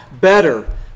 better